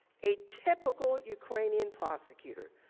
a typical ukrainian prosecutor.